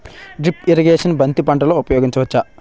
Drip irrigation బంతి పంటలో ఊపయోగించచ్చ?